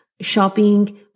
shopping